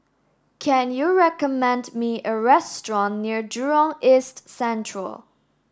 can you recommend me a restaurant near Jurong East Central